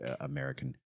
American